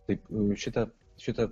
taip šitą šitą